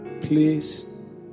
Please